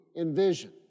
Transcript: envision